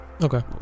okay